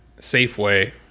Safeway